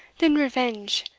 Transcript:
then revenge,